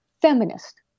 feminist